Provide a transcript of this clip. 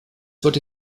wurde